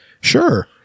sure